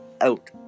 out